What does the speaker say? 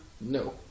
No